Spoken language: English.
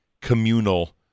communal